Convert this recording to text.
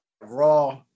raw